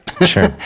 Sure